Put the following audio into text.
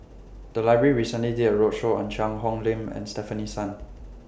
The Library recently did A roadshow on Cheang Hong Lim and Stefanie Sun